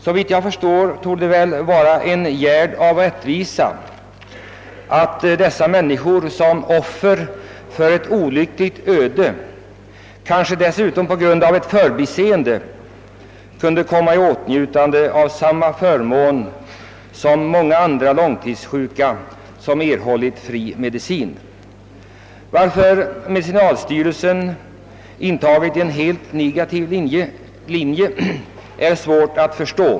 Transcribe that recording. Enligt min mening är det en gärd av rättvisa att dessa människor, som har fallit offer för ett olyckligt öde och kanske även för ett förbiseende, kommer i åtnjutande av samma förmån som många andra långtidssjuka och alltså erhåller fri medicin. Varför medicinalstyrelsen i detta fall har intagit en negativ inställning är svårt att förstå.